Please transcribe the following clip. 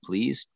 Please